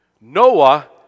Noah